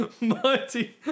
Mighty